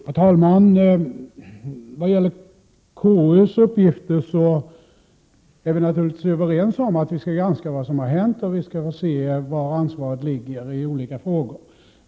Herr talman! När det gäller KU:s uppgifter är vi naturligtvis överens om att vi skall granska vad som har hänt och att vi skall se efter var ansvaret ligger i olika frågor.